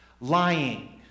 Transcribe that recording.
lying